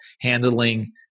handling